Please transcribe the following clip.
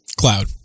cloud